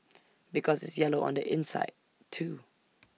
because it's yellow on the inside too